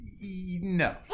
No